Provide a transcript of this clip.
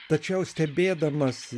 tačiau stebėdamas